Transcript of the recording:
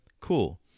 cool